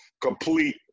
complete